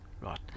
Right